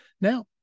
Now